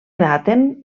daten